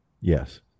Yes